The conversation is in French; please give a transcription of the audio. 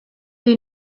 est